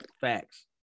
Facts